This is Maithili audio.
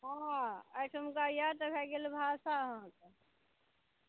हॅं अहिठुमका इएह तऽ भऽ गेल भाषा अहाँके